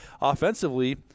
offensively